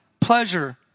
pleasure